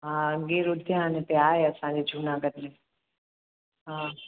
हा गिर उद्यान हिते आहे असांजे जूनागढ़ में हा